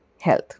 health